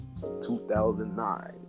2009